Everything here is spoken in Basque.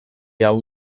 hau